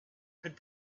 could